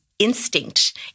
instinct